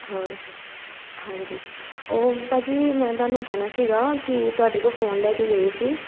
ਹੋਰ ਹਾਂਜੀ ਉਹ ਭਾਅ ਜੀ ਮੈਂ ਤੁਹਾਨੂੰ ਕਹਿਣਾ ਸੀਗਾ ਕਿ ਤੁਹਾਡੇ ਕੋਲ ਫ਼ੋਨ ਲੈ ਕੇ ਗਏ ਸੀ